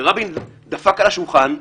ורבין דפק על השולחן,